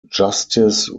justice